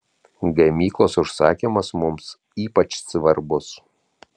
gamyklos užsakymas mums ypač svarbus